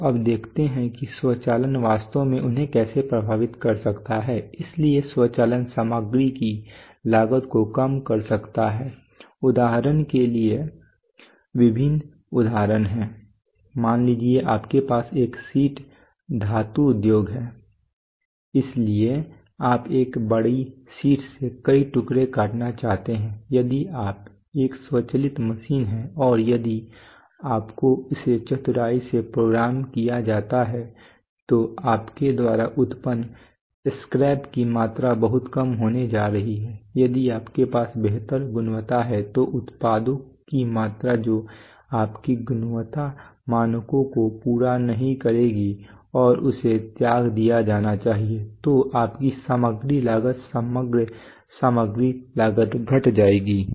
तो अब देखते हैं कि स्वचालन वास्तव में उन्हें कैसे प्रभावित कर सकता है इसलिए स्वचालन सामग्री की लागत को कम कर सकता है उदाहरण के लिए विभिन्न उदाहरण हैं मान लीजिए कि आपके पास एक शीट धातु उद्योग है इसलिए आप एक बड़ी शीट से कई टुकड़े काटना चाहते हैं यदि आप एक स्वचालित मशीन है और यदि आपको इसे चतुराई से प्रोग्राम किया जाता है तो आपके द्वारा उत्पन्न स्क्रैप की मात्रा बहुत कम होने वाली है यदि आपके पास बेहतर गुणवत्ता है तो उत्पादों की मात्रा जो आपके गुणवत्ता मानकों को पूरा नहीं करेगी और उसे त्याग दिया जाना चाहिए तो आपकी सामग्री लागत समग्र सामग्री लागत घट जाएगी